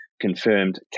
Confirmed